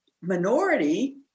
minority